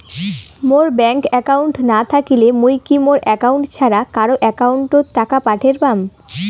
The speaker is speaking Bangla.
মোর ব্যাংক একাউন্ট না থাকিলে মুই কি মোর একাউন্ট ছাড়া কারো একাউন্ট অত টাকা পাঠের পাম?